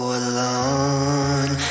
alone